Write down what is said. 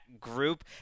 group